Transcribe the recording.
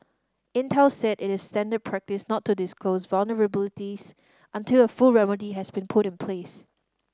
Intel said it is standard practice not to disclose vulnerabilities until a full remedy has been put in place